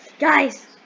Guys